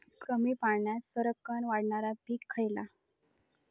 कमी पाण्यात सरक्कन वाढणारा पीक खयला?